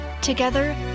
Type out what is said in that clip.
Together